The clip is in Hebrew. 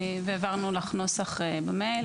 העברנו לך נוסח במייל.